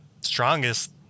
strongest